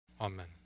Amen